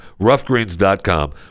Roughgreens.com